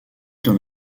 dans